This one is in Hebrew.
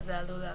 שזה עלול להפריע.